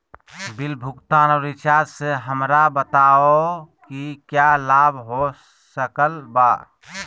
Bill भुगतान और recharge से हमरा बताओ कि क्या लाभ हो सकल बा?